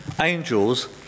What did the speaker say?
angels